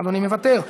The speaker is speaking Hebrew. אדוני מוותר,